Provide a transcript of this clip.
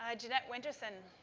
ah jeanette winterson.